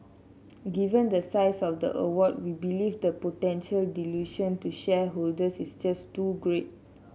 given the size of the award we believe the potential dilution to shareholders is just too great